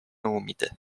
umide